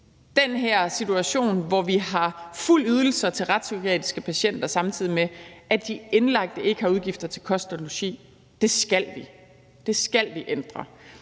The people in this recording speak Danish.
den her situation, hvor vi har fulde ydelser til retspsykiatriske patienter, samtidig med at de indlagte ikke har udgifter til kost og logi, skal vi ændre – det skal vi ændre.